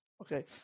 Okay